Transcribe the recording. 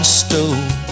stove